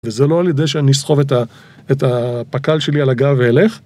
וזה לא על ידי שאני אסחוב את הפקל שלי על הגב ואלך